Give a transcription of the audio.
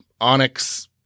onyx